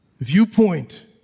viewpoint